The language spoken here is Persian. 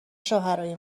شوهرای